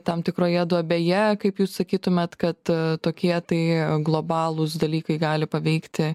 tam tikroje duobėje kaip jūs sakytumėt kad tokie tai globalūs dalykai gali paveikti